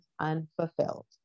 unfulfilled